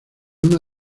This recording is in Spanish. una